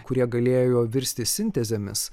kurie galėjo virsti sintezėmis